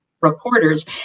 reporters